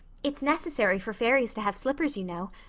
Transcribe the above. it's necessary for fairies to have slippers, you know.